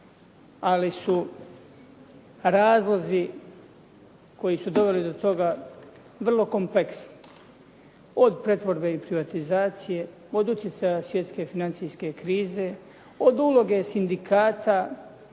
ali su razlozi koji su doveli do toga vrlo kompleksni. Od pretvorbe i privatizacije, od utjecaja svjetske financijske krize, od uloge sindikata,